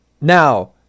Now